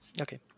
okay